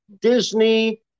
Disney